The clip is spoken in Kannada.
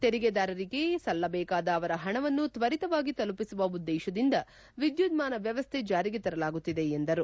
ತೆರಿಗೆದಾರರಿಗೆ ಸಲ್ಲಬೇಕಾದ ಅವರ ಹಣವನ್ನು ತ್ವರಿತವಾಗಿ ತಲುಪಿಸುವ ಉದ್ದೇತದಿಂದ ವಿದ್ಯುನ್ನಾನ ವ್ಯವಸ್ಥೆ ಜಾರಿಗೆ ತರಲಾಗುತ್ತಿದೆ ಎಂದರು